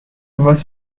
was